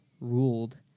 ruled